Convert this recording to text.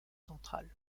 centrales